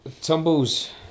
Tumbles